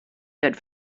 good